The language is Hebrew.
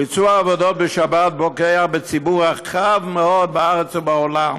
ביצוע עבודות בשבת פוגע בציבור רחב מאוד בארץ ובעולם